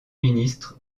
ministre